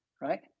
right